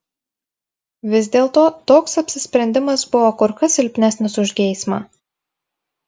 vis dėlto toks apsisprendimas buvo kur kas silpnesnis už geismą